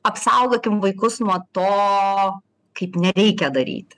apsaugokim vaikus nuo to kaip nereikia daryti